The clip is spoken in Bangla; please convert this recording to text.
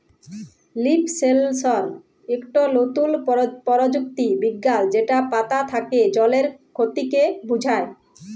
লিফ সেলসর ইকট লতুল পরযুক্তি বিজ্ঞাল যেট পাতা থ্যাকে জলের খতিকে বুঝায়